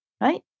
Right